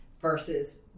versus